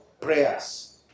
prayers